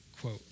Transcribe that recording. quote